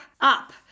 up